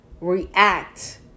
react